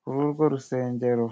kuri urwo rusengero.